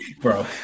Bro